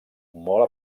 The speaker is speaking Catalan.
molt